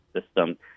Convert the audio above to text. system